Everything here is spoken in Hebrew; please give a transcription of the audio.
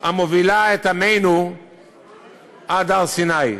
המובילה את עמנו עד הר-סיני.